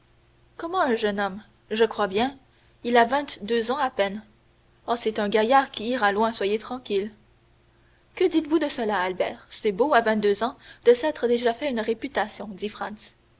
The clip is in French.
comment un jeune homme je crois bien il a vingt-deux ans à peine oh c'est un gaillard qui ira loin soyez tranquille que dites-vous de cela albert c'est beau à vingt-deux ans de s'être déjà fait une réputation dit